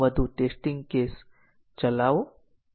હવે ચાલો cyclomatic complexity ની રસપ્રદ એપ્લિકેશન જોઈએ